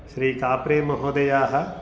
श्री ताप्रे महोदयाः